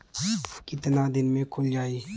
कितना दिन में खुल जाई?